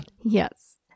Yes